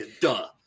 duh